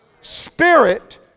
spirit